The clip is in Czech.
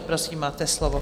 Prosím, máte slovo.